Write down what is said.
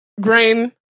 grain